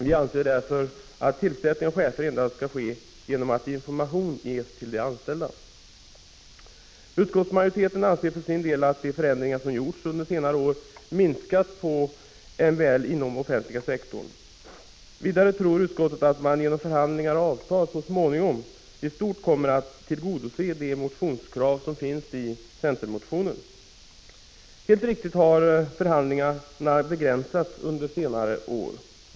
Vid tillsättning av chefer bör därför, enligt vår mening, endast information ges till de anställda. Utskottsmajoriteten anser för sin del att de förändringar som har gjorts under senare år har minskat användningen av MBL inom den offentliga sektorn. Vidare tror utskottet att man genom förhandlingar och avtal så småningom i stort kommer att tillgodose de krav som finns i centermotionen. Det är helt riktigt att förhandlingarna har begränsats under senare år.